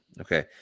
okay